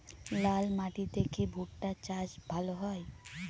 লাল মাটিতে কি ভুট্টা চাষ ভালো হয়?